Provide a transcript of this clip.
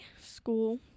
school